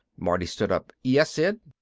martin stood up. yes, sid?